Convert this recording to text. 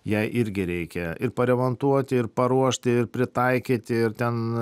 ją irgi reikia ir paremontuoti ir paruošti ir pritaikyti ir ten